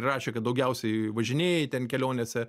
rašė kad daugiausiai važinėjai ten kelionėse